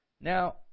Now